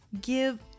give